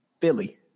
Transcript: Philly